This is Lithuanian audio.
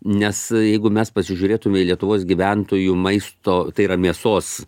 nes ee jeigu mes pasižiūrėtume į lietuvos gyventojų maisto tai yra mėsos